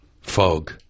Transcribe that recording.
Fog